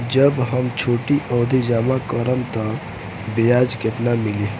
जब हम छोटी अवधि जमा करम त ब्याज केतना मिली?